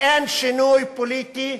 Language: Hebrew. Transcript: אין שינוי פוליטי,